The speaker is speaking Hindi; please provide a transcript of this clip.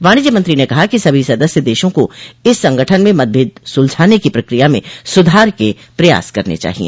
वाणिज्य मंत्री ने कहा कि सभी सदस्य देशों को इस संगठन में मतभेद सुलझाने की प्रक्रिया में सुधार के प्रयास करने चाहिए